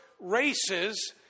races